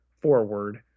forward